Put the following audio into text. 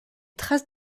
traces